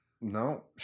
no